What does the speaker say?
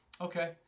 Okay